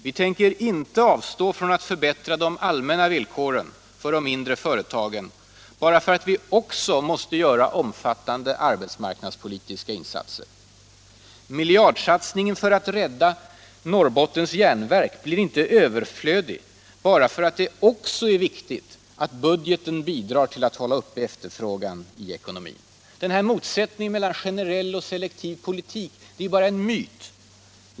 Vi tänker inte avstå från att förbättra de allmänna villkoren för de mindre företagen bara för att vi också måste göra omfattande arbetsmarknadspolitiska insatser. Miljardinsatserna för att rädda Norrbottens Järnverk blir inte överflödiga bara för att det också är viktigt att budgeten bidrar till att hålla uppe efterfrågan i ekonomin. Den påstådda motsättningen mellan generell och selektiv politik är bara en myt.